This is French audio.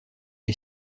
est